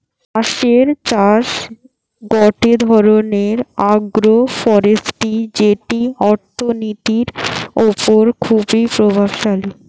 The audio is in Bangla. বাঁশের চাষ গটে ধরণের আগ্রোফরেষ্ট্রী যেটি অর্থনীতির ওপর খুবই প্রভাবশালী